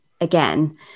again